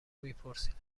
میپرسیدم